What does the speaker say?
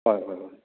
ꯍꯣꯏ ꯍꯣꯏ ꯍꯣꯏ